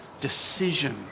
decision